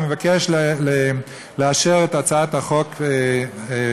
אני מבקש לאשר את הצעת החוק פה-אחד.